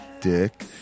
dick